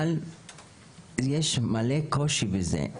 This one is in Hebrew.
אבל יש מלא קושי בזה.